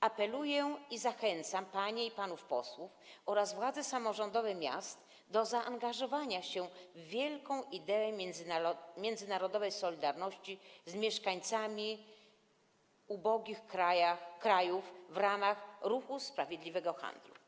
Apeluję i zachęcam panie i panów posłów oraz władze samorządowe miast do zaangażowania się w wielką ideę międzynarodowej solidarności z mieszkańcami ubogich krajów w ramach ruchu Sprawiedliwego Handlu.